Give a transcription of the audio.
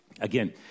Again